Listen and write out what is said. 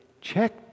check